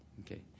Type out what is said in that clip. Okay